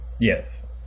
yes